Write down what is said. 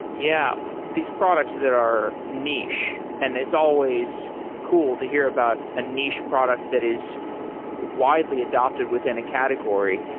yeah, these products that are niche, and it's always cool to hear about a niche product that is widely adopted within a category.